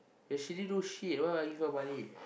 but she didn't do shit why would I give her money